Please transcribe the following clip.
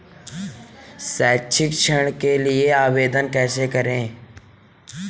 शैक्षिक ऋण के लिए आवेदन कैसे करें?